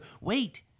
wait